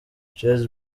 chez